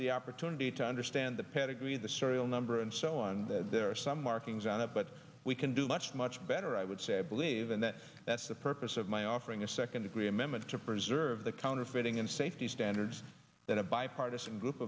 the opportunity to understand the pedigree of the serial number and so on there are some markings on it but we can do much much better i would say i believe and that that's the purpose of my offering a second degree amendment to preserve the counterfeiting and safety standards that a bipartisan group